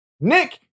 Nick